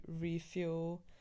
refuel